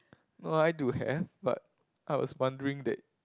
no I do have but I was wondering that